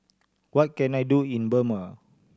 what can I do in Burma